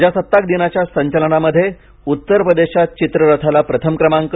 प्रजासत्ताकदिनाच्या संचलनामध्ये उत्तर प्रदेशच्या चित्ररथाला प्रथम क्रमांक